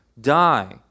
die